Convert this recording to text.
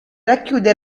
racchiude